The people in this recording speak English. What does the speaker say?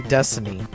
Destiny